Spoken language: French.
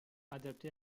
adaptée